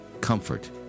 comfort